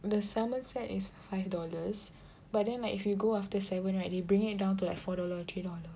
the salmon set is five dollars but then like if you go after seven right they bring it down to like four dollar or three dollar